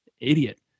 idiot